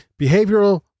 behavioral